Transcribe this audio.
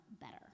better